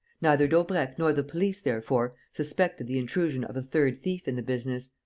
neither daubrecq nor the police, therefore, suspected the intrusion of a third thief in the business.